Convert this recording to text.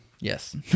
Yes